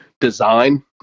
design